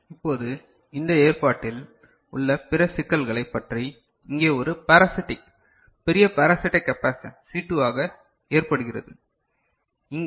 இப்போது இந்த ஏற்பாட்டில் உள்ள பிற சிக்கல்களைப் பற்றி இங்கே ஒரு பாராசிடிக் பெரிய பாராசிடிக் கெவாசிடன்ஸ் C2 ஆக ஏற்படுகிறது இங்கே